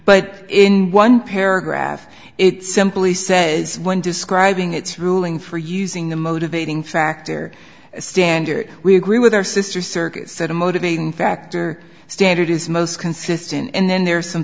but in one paragraph it simply says when describing its ruling for using the motivating factor as standard we agree with our sister circuit said a motivating factor standard is most consistent and then there are some